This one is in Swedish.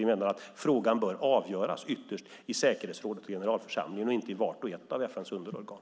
Vi menar att frågan bör avgöras ytterst i säkerhetsrådet och generalförsamlingen, inte i vart och ett av FN:s underorgan.